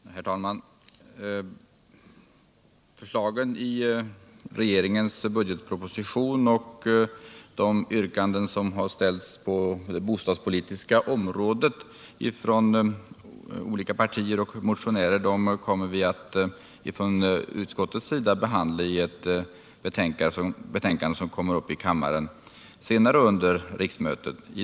Herr talman! Förslagen i regeringens budgetproposition och de yrkanden som har ställts på det bostadspolitiska området från olika partier och av olika motionärer skall vi i utskottet ta upp i ett betänkande som kommer att behandlas i kammaren senare under detta riksmöte.